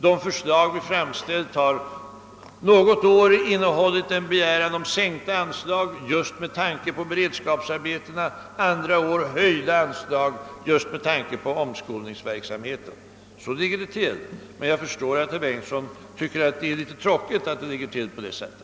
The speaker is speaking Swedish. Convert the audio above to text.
De förslag vi framlagt har något år innehållit en begäran om sänkta anslag med tanke på beredskapsarbetena, andra år yrkande om höjda anslag med tanke på omskolningsverksamheten. Så ligger det till, men jag förstår att herr Bengtsson tycker att det är litet tråkigt att det förhåller sig på det sättet.